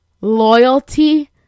loyalty